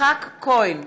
יצחק כהן,